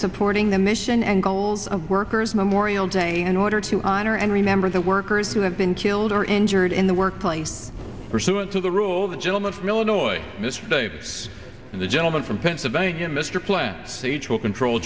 supporting the mission and goals of workers memorial an order to honor and remember the workers who have been killed or injured in the workplace pursuant to the rule of the gentleman from illinois mr davis and the gentleman from pennsylvania mr plan will control